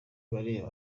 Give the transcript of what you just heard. bariya